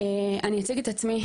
אציג את עצמי,